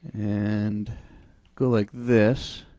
and go like this,